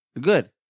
Good